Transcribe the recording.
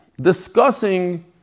discussing